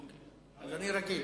אז אני רגיל.